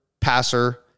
passer